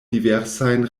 diversajn